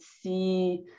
see